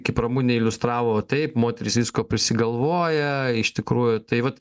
kaip ramunė iliustravo taip moterys visko prisigalvoja iš tikrųjų tai vat